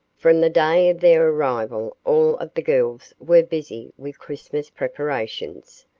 from the day of their arrival all of the girls were busy with christmas preparations.